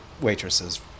waitresses